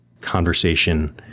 conversation